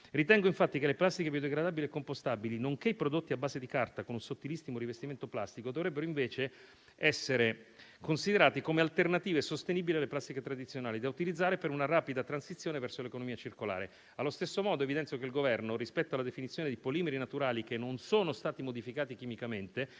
Ritengo infatti che le plastiche biodegradabili e compostabili, nonché i prodotti a base di carta con un sottilissimo rivestimento plastico, dovrebbero invece essere considerate come alternative sostenibili alle pratiche tradizionali, da utilizzare per una rapida transizione verso l'economia circolare. Allo stesso modo evidenzio che il Governo, rispetto alla definizione di polimeri naturali che non sono stati modificati chimicamente